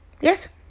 Yes